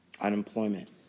unemployment